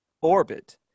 orbit